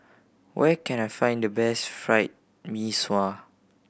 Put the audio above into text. where can I find the best Fried Mee Sua